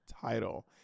title